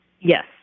Yes